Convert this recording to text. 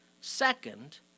Second